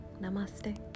Namaste